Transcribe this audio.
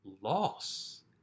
loss